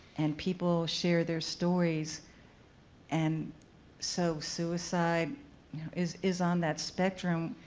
and people share their stories and so suicide is is on that spectrum